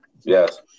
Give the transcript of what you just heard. Yes